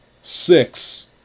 Six